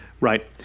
Right